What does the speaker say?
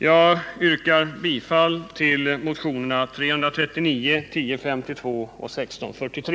Jag yrkar bifall till motionerna 339, 1052 och 1643.